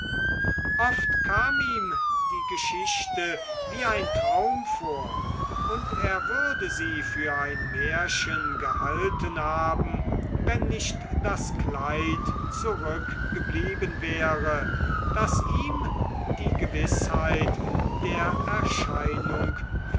oft kam ihm die geschichte wie ein traum vor und er würde sie für ein märchen gehalten haben wenn nicht das kleid zurückgeblieben wäre das ihm die gewißheit der erscheinung